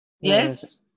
Yes